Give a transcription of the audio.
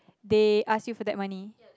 they ask you for that money